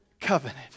covenant